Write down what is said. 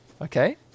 Okay